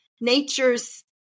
nature's